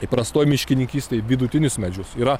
įprastoj miškininkystėj vidutinius medžius yra